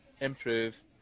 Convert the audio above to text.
improve